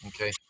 Okay